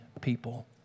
people